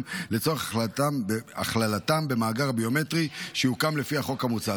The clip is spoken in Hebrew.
לצורך הכללתם במאגר הביומטרי שיוקם לפי החוק המוצע,